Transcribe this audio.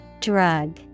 Drug